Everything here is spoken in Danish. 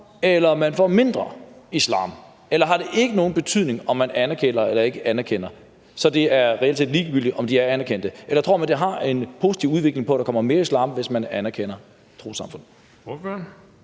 eller man får mindre islam? Eller har det ikke nogen betydning, om man anerkender eller ikke anerkender det, så det reelt set er ligegyldigt, om de er anerkendte? Eller tror man, at det har en positiv udvikling, i forhold til at der kommer mere islam, hvis man anerkender et trossamfund?